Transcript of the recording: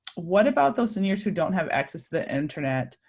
what about those seniors who don't have access the internet,